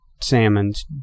salmon's